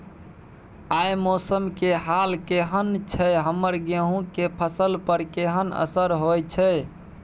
आय मौसम के हाल केहन छै हमर गेहूं के फसल पर केहन असर होय छै?